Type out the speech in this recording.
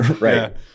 right